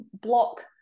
block